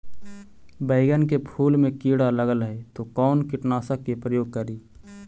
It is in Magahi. बैगन के फुल मे कीड़ा लगल है तो कौन कीटनाशक के प्रयोग करि?